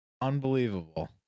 unbelievable